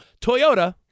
Toyota